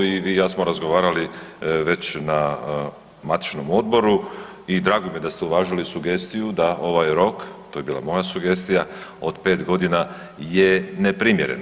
I vi i ja smo razgovarali već na matičnom odboru i drago mi je da ste uvažili sugestiju da ovaj rok, to je bila moja sugestija od 5 godina je neprimjeren.